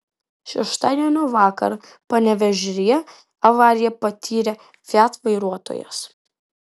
šeštadienio vakarą panevėžyje avariją patyrė fiat vairuotojas